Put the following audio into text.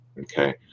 Okay